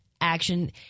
action